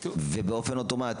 ובאופן אוטומטי,